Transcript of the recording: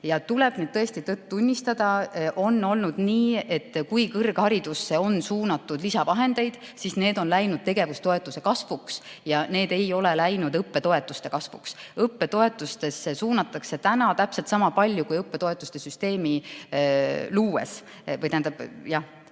Tuleb tõesti tõtt tunnistada, et on olnud nii, et kui kõrgharidusse on suunatud lisavahendeid, siis need on läinud tegevustoetuse kasvuks ja need ei ole läinud õppetoetuste kasvuks. Õppetoetustesse suunatakse täna täpselt sama palju kui õppetoetuste süsteemi loomise ajal,